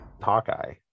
hawkeye